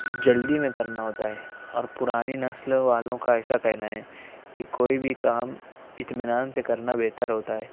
جلدی میں کرنا ہوتا ہے اور پرانی نسل والوں کا ایسا کہنا ہے کہ کوئی بھی کام اطمینان سے کرنا بہتر ہوتا ہے